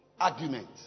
argument